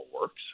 works